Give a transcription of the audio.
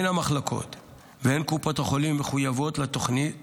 הן המחלקות והן קופות החולים מחויבות לתוכנית